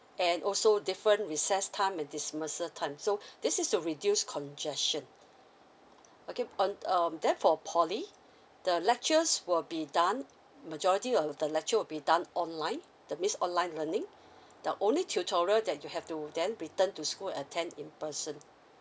and also different recess time and dismissal time so this is to reduce congestion okay on um then for poly the lectures will be done majority of the lecture will be done online that means online learning now only tutorial that you have to then return to school attend in person